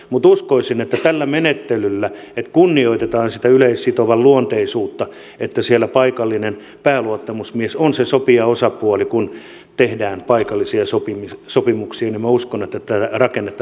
mutta uskoisin että tällä menettelyllä että kunnioitetaan sitä yleissitovan luonteisuutta että siellä paikallinen pääluottamusmies on se sopijaosapuoli kun tehdään paikallisia sopimuksia tätä rakennetta pystyttäisiin kehittämään